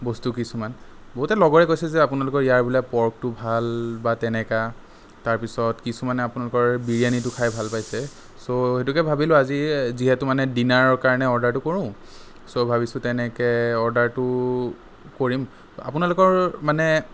বস্তু কিছুমান বহুতে লগৰে কৈছে যে আপোনালোকৰ ইয়াৰ বোলে প'ৰ্কটো ভাল বা তেনেকা তাৰপিছত কিছুমানে আপোনালোকৰ বিৰিয়ানীটো খাই ভাল পাইছে চ' সেইটোকে ভাবিলোঁ আজি যিহেতু মানে ডিনাৰৰ কাৰণে অৰ্ডাৰটো কৰোঁ চ' ভাবিছোঁ তেনেকৈ অৰ্ডাৰটো কৰিম আপোনালোকৰ মানে